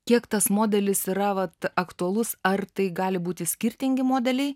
kiek tas modelis yra vat aktualus ar tai gali būti skirtingi modeliai